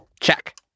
Check